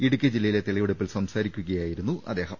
ഇടുക്കി ജില്ലയിലെ തെളിവെടുപ്പിൽ സംസാരിക്കുകയാ യിരുന്നു അദ്ദേഹം